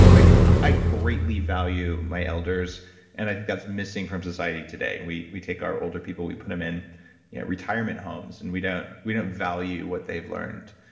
like i greatly value my elders and i think that's missing from society today. we we take our older people, we put them in retirement homes and we don't we don't value what they've learned.